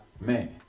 man